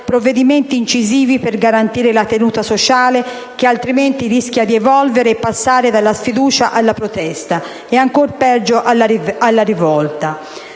provvedimenti incisivi per garantire la tenuta sociale, che altrimenti rischia di evolvere e passare dalla sfiducia alla protesta o, ancora peggio, alla rivolta.